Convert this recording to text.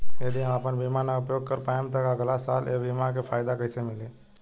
यदि हम आपन बीमा ना उपयोग कर पाएम त अगलासाल ए बीमा के फाइदा कइसे मिली?